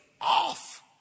off